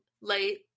late